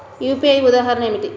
UPI ఉదాహరణ ఏమిటి?